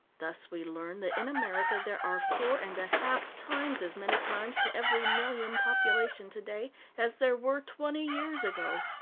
thus we learn that in america there are four and a half times as many crimes to every million population today as there were twenty years ago.